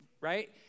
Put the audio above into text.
right